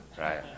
right